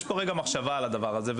יש פה מחשבה על הדבר הזה,